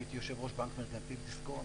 הייתי יושב ראש בנק מרכנתיל דיסקונט,